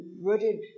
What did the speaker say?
rooted